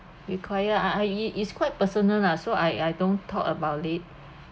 require ah it is quite personal lah so I I don't talk about it